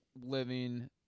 living